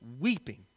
weeping